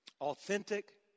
Authentic